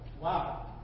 Wow